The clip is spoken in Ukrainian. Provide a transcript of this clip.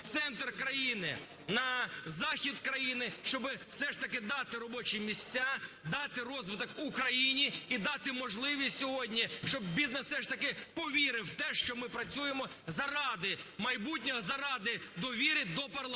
центр країни, на захід країни, щоб все ж таки дати робочі місця, дати розвиток Україні і дати можливість сьогодні, щоб бізнес все ж таки повірив в те, що ми працюємо заради майбутнього, заради довіри до парламенту.